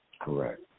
Correct